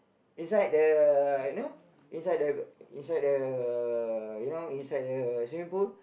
inside the you know inside the inside the you know inside the swimming pool